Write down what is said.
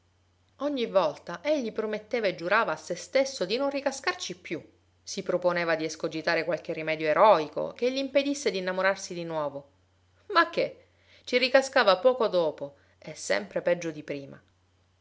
ogni volta egli prometteva e giurava a se stesso di non ricascarci più si proponeva di escogitare qualche rimedio eroico che gl'impedisse d'innamorarsi di nuovo ma che ci ricascava poco dopo e sempre peggio di prima